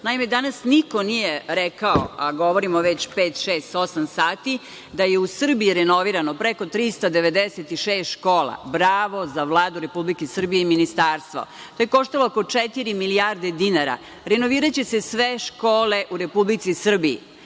danas niko nije rekao, a govorimo već pet, šest, osam sati, da je u Srbiji renovirano preko 396 škola. Bravo za Vladu Republike Srbije i Ministarstvo. To je koštalo oko četiri milijarde dinara. Renoviraće se sve škole u Republici Srbiji. Drugo,